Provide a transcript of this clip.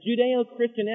Judeo-Christian